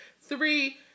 three